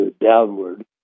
downward